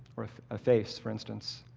or a face, for instance,